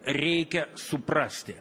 reikia suprasti